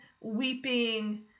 weeping